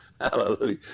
Hallelujah